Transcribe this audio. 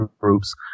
groups